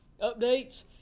updates